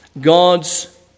God's